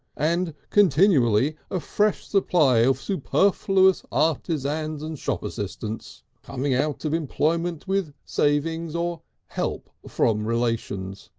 and continually a fresh supply of superfluous artisans and shop assistants, coming out of employment with savings or help from relations,